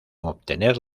obtener